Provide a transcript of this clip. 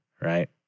right